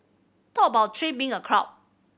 talk about three being a crowd